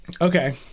Okay